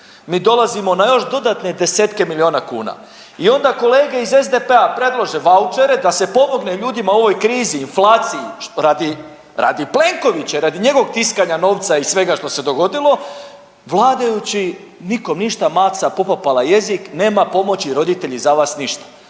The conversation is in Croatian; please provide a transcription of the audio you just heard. Mi dolazimo na još dodatne 10-tke milijuna kuna i onda kolege iz SDP-a predlože vaučere da se pomogne ljudima u ovoj krizi, inflaciji radi Plenkovića i radi njegovog tiskanja novca i svega što se dogodilo, vladajući nitko ništa, maca popapala jezik, nema pomoći roditelji za vas ništa.